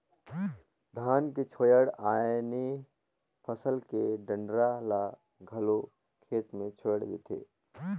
धान के छोयड़ आने फसल के डंठरा ल घलो खेत मे छोयड़ देथे